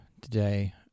today